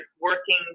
working